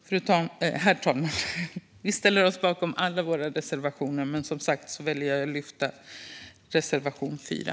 Herr talman! Vi står bakom alla våra reservationer, men jag yrkar bifall endast till reservation 4.